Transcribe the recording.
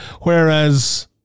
whereas